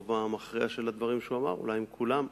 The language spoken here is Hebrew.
המכריע של הדברים שהוא אמר, אולי עם כולם,